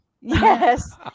Yes